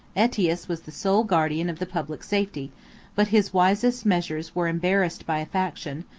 aetius was the sole guardian of the public safety but his wisest measures were embarrassed by a faction,